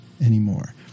anymore